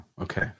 Okay